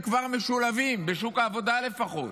הם כבר משולבים בשוק העבודה לפחות.